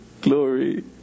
Glory